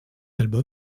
album